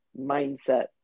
mindset